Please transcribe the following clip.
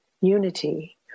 unity